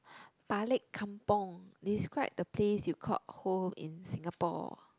balik kampung describe the place you call home in Singapore